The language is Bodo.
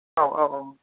औ औ